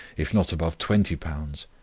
if not above twenty pounds.